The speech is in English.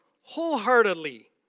Wholeheartedly